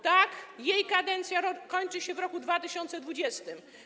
Tak, jej kadencja kończy się w roku 2020.